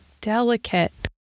delicate